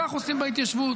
כך עושים בהתיישבות.